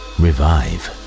revive